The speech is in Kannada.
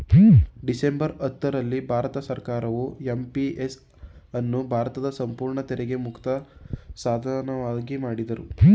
ಡಿಸೆಂಬರ್ ಹತ್ತು ರಲ್ಲಿ ಭಾರತ ಸರ್ಕಾರವು ಎಂ.ಪಿ.ಎಸ್ ಅನ್ನು ಭಾರತದ ಸಂಪೂರ್ಣ ತೆರಿಗೆ ಮುಕ್ತ ಸಾಧನವಾಗಿ ಮಾಡಿದ್ರು